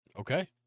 Okay